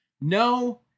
No